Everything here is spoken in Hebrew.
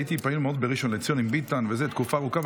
הייתי פעיל מאוד בראשון לציון עם ביטן תקופה ארוכה,